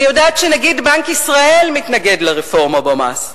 אני יודעת שנגיד בנק ישראל מתנגד לרפורמה במס.